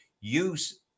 use